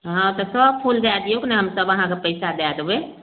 हँ तऽ सब फूल दए दियौक ने हम तब अहाँके पैसा दए देबय